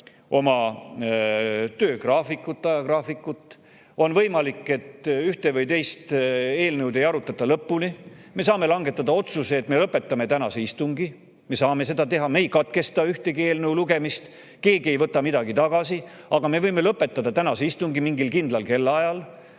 oma töö ajagraafikut. On võimalik, et ühte või teist eelnõu ei arutata lõpuni. Me saame langetada otsuse, et me lõpetame tänase istungi. Me saame seda teha, me ei katkesta ühegi eelnõu lugemist, keegi ei võta midagi tagasi, aga me võime lõpetada tänase istungi mingil kindlal kellaajal.